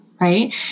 right